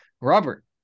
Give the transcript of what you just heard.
Robert